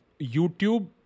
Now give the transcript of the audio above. YouTube